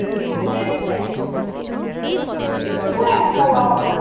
চবেই আছে কি লাগিছিলে বাৰু আপোনাক